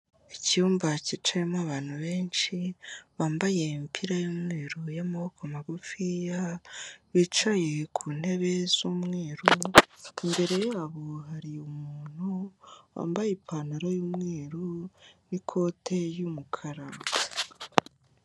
Icyumba cyicayemo abantu benshi bambaye imipira y'umweru y'amaboko magufiya bicaye ku ntebe z'umweru, imbere yabo hari umuntu wambaye ipantaro y'umweru n'ikote y'umukara.